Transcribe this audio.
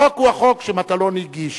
החוק הוא החוק שמטלון הגיש.